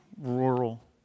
rural